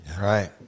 right